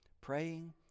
praying